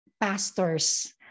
pastors